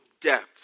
depth